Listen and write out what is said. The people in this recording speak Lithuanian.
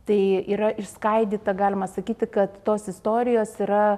tai yra išskaidyta galima sakyti kad tos istorijos yra